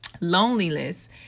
Loneliness